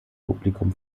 publikum